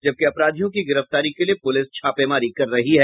जबकि अपराधियों की गिरफ्तारी के लिये पुलिस छापेमारी कर रही है